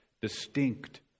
distinct